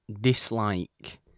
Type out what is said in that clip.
dislike